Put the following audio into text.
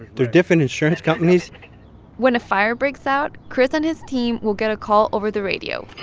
they're different insurance companies when a fire breaks out, chris and his team will get a call over the radio